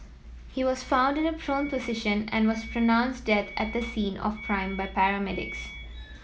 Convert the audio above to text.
he was found in a prone position and was pronounced dead at the scene of prime by paramedics